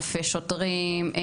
אלפי שוטרים,